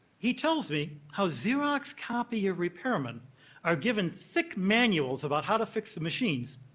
he tells me how xerox copier repairmen are given thick manuals about how to fix the machines.